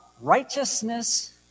righteousness